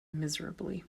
miserably